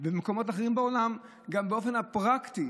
במקומות אחרים בעולם, גם באופן הפרקטי